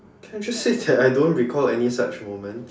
can I just say that I don't recall any such moment